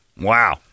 Wow